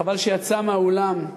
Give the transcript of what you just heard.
שחבל שיצא מהאולם,